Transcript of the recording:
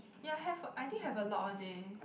ya have I think have a Lot One leh